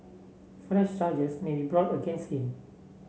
fresh charges may be brought against him